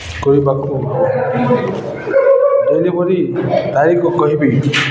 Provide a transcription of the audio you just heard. କରିବାକୁ ଡେଲିଭରି ତାରିଖ କହିବି